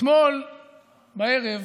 אתמול בערב